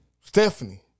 Stephanie